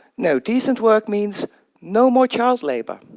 no, decent work means no more child labor.